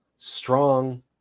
strong